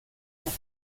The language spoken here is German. auf